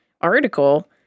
article